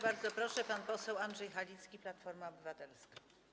Bardzo proszę, pan poseł Andrzej Halicki, Platforma Obywatelska.